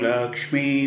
Lakshmi